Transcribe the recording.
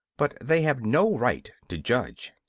but they have no right to judge.